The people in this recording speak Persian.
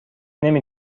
نمی